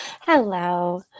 Hello